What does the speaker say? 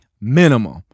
Minimum